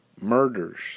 Murders